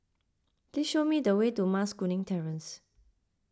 please show me the way to Mas Kuning Terrace